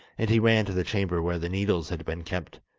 and he ran to the chamber where the needles had been kept,